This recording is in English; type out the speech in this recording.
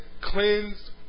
cleansed